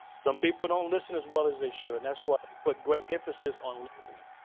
some people don't listen as well as they should. and that's why i put great emphasis on listening.